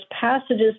passages